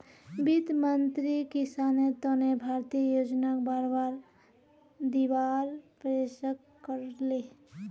वित्त मंत्रीक किसानेर तने भारतीय योजनाक बढ़ावा दीवार पेशकस करले